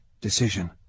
decision